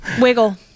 Wiggle